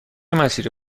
مسیری